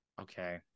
Okay